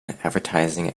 advertising